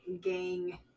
gang